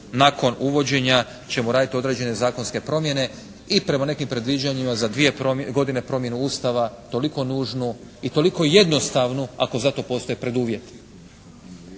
nakon uvođenja ćemo raditi određene zakonske promjene i prema nekim predviđanjima za dvije godine promjenu Ustava toliko nužnu i toliko jednostavnu ako za to postoje preduvjeti.